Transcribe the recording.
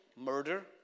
murder